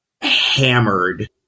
hammered